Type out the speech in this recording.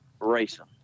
racing